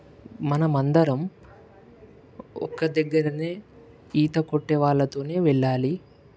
మనం అందరం ఒక్క దగ్గరనే ఈత కొట్టే వాళ్ళతోనే వెళ్ళాలి